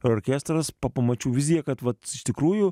orkestras pa pamačiau viziją kad vat iš tikrųjų